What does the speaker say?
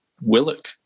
Willock